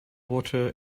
water